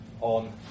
on